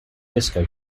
disco